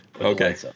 Okay